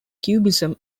cubism